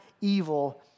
evil